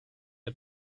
are